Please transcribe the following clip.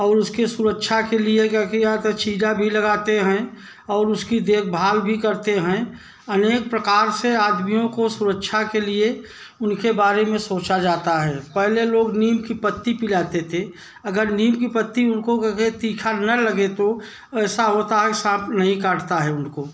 और उसकी सुरक्षा के लिए का भी लगाते हैं और उसकी देखभाल भी करते हैं अनेक प्रकार से आदमियों को सुरक्षा के लिए उनके बारे में सोचा जाता है पहले लोग नीम की पत्ती पिलाते थे अगर नीम की पत्ती उनको तीखा न लगे तो ऐसा होता है साँप नहीं काटता है उनको